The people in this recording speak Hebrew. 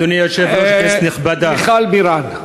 מיכל בירן.